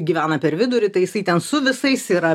gyvena per vidurį tai jisai ten su visais yra